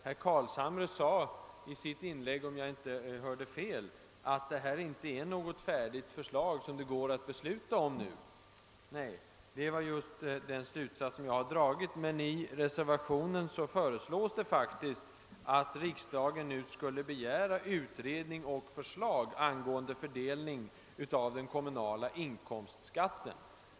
Herr Carlshamre sade i sitt inlägg — om jag inte hörde fel — att detta inte är något färdigt förslag, som man kan fatta beslut om i dag. Det var just den slutsatsen som jag själv har dragit. Men i reservationen föreslås faktiskt att riksdagen nu skall begära utredning och förslag angående fördelning av den kommunala inkomstskatten mellan hemkommun och fritidskommun.